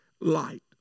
light